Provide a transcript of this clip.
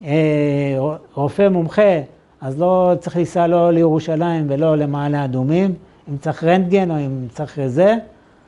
אה.. רופא מומחה, אז לא, צריך לנסוע לא לירושלים ולא למעלה אדומים, אם צריך רנטגן או אם צריך זה...